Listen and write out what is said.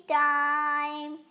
time